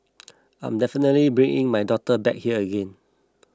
I'm definitely bringing my daughter back here again